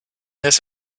this